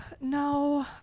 No